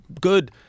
good